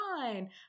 fine